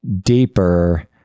deeper